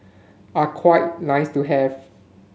are quite nice to have